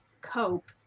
cope